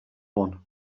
one